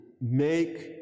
make